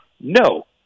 No